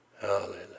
Hallelujah